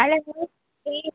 അല്ല say same